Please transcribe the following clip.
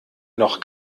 noch